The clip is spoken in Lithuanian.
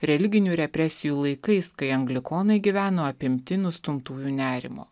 religinių represijų laikais kai anglikonai gyveno apimti nustumtųjų nerimo